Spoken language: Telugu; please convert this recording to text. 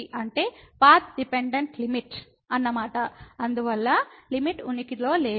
అందువల్ల లిమిట్ ఉనికిలో లేదు